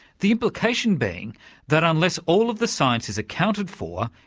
the implication being that unless all of the science is accounted for,